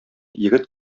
егет